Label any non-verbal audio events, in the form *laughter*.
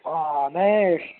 অঁ অঁ *unintelligible*